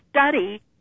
study